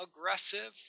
aggressive